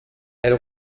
elle